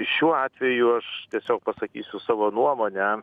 šiuo atveju aš tiesiog pasakysiu savo nuomonę